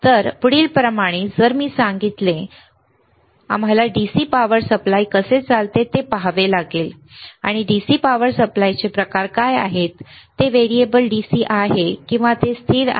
तर पुढीलप्रमाणे जसे मी सांगितले मॉड्यूल आम्हाला DC पॉवर सप्लाय कसे चालते ते पाहावे लागेल आणि DC पॉवर सप्लायचे प्रकार काय आहेत ते व्हेरिएबल DC आहे किंवा ते स्थिर आहे